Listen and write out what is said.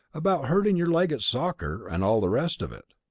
about hurting your leg at soccer and all the rest of it.